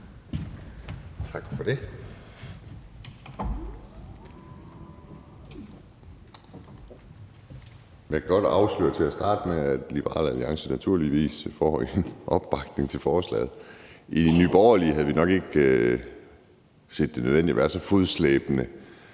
Tak for det.